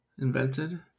invented